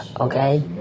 Okay